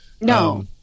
No